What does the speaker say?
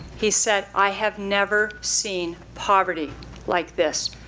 he said, i have never seen poverty like this.